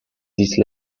these